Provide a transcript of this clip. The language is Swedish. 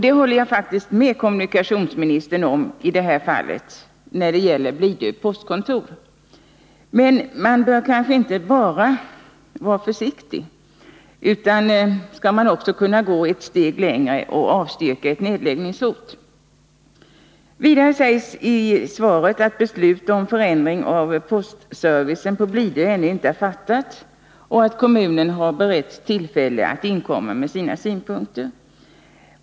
Det håller jag faktiskt med kommunikationsministern om att man bör vara i det här fallet, alltså när det gäller Blidö postkontor. Men man bör kanske inte bara vara försiktig utan också kunna gå ett steg längre och avstyra ett nedläggningshot. Vidare sägs i svaret att beslut om förändring av postservicen på Blidö ännu inte är fattat och att kommunen har beretts tillfälle att inkomma med sina synpunkter.